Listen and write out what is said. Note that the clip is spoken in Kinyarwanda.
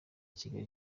kigali